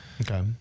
Okay